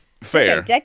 Fair